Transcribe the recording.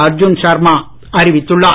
அர்ஜுன் சர்மா அறிவித்துள்ளார்